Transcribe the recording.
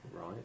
Right